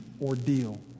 ordeal